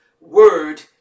word